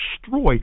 destroy